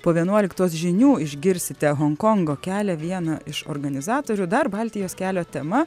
po vienuoliktos žinių išgirsite honkongo kelią vieną iš organizatorių dar baltijos kelio tema